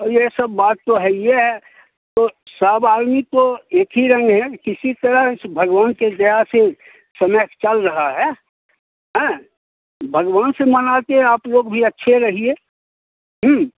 ये सब बात तो हई ही है तो सब आदमी तो एक ही रंग है किसी तरह इस भगवान की दया से समय चल रहा है हैं भगवान से मना के आप लोग भी अच्छे रहिए